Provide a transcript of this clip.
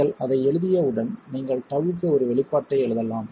நீங்கள் அதை எழுதியவுடன் நீங்கள் τ க்கு ஒரு வெளிப்பாட்டை எழுதலாம்